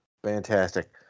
Fantastic